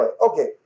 okay